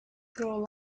grow